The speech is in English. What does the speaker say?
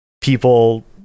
people